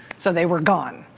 so they were gone.